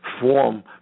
form